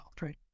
right